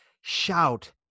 shout